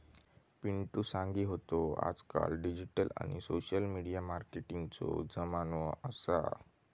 पिंटु सांगी होतो आजकाल डिजिटल आणि सोशल मिडिया मार्केटिंगचो जमानो असा